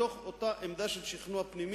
מתוך אותה עמדה של שכנוע פנימי.